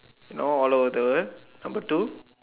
you know all over the world number two